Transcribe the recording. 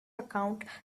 account